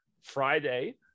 Friday